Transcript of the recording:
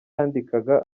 yandikaga